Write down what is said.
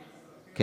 כן.